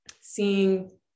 seeing